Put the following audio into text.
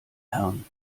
herrn